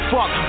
Fuck